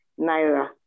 Naira